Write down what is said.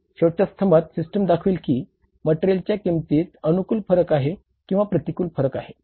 शेवटच्या स्तंभात सिस्टम दाखवेल की मटेरियलच्या किंमतीत आहे